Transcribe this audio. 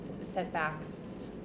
setbacks